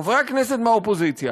חברי הכנסת מהאופוזיציה,